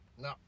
No